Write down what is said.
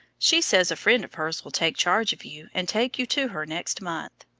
she says a friend of hers will take charge of you and take you to her next month.